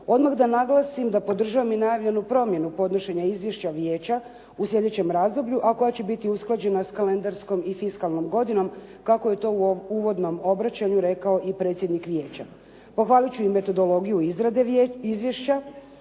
Odmah da naglasim da podržavam i najavljenu promjenu podnošenja izvješća vijeća u sljedećem razdoblju, a koja će biti usklađena s kalendarskom i fiskalnom godinom kako je to u uvodnom obraćanju rekao i predsjednik vijeća. Pohvaliti ću i metodologiju izrade izvješća